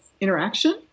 interaction